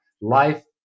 life